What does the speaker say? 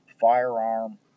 firearm